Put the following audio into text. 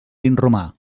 vinromà